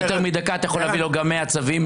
לא יותר מדקה, אתה יכול להביא לו גם מאה צווים.